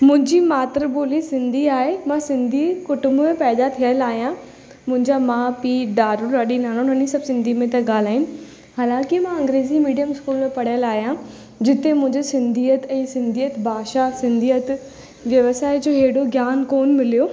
मुंहिंजी मात्र ॿोली सिंधी आहे मां सिंधी कुटुंब में पैदा थियल आहियां मुंहिंजा माउ पीउ ॾाॾो ॾाॾी नानो नानी सभु सिधी में था ॻाल्हाइनि हालांकि मां अंग्रेज़ी मीडियम स्कूल में पढ़ियल आहियां जिते मुंहिंजे सिंधियत ऐं सिंधियत भाषा सिंधियत व्यवसाय जो हेॾो ज्ञान कोन मिलियो